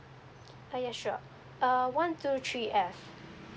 ah yes sure uh one two three F